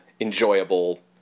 enjoyable